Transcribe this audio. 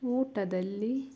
ಊಟದಲ್ಲಿ